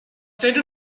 state